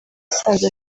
yasanze